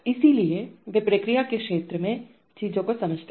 इसलिए वे प्रक्रिया के क्षेत्र में चीजों को समझते हैं